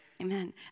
Amen